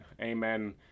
amen